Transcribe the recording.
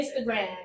Instagram